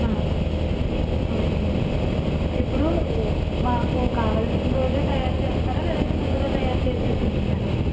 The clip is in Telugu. ఓకే అండి ఇప్పుడు మాకు కావాల్సిన రోజు తయారుచేస్తారా లేదంటే ముందుగా తయారు చేసి ఉంచుతారా